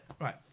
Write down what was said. Right